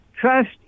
trust